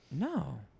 No